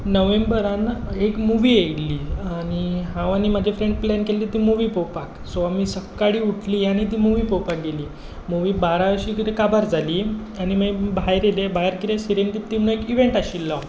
नोव्हेंबरांत एक मुव्ही येयिल्ली आनी हांव आनी म्हजे फ्रेंड प्लॅन केल्ले ती मुव्ही पळोवपाक सो आमी सकाळी उठलीं आनी ती मुव्ही पळोवपाक गेलीं मुव्ही बारा अशीं कितें काबार जाली आनी मागीर भायर येयले भायर कितें सेरेनपिडीटी म्हूण एक इवेंट आशिल्लो